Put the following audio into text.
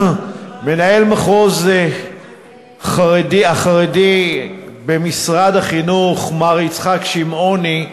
מנהל המחוז החרדי במשרד החינוך, מר יצחק שמעוני,